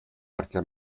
perquè